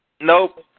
Nope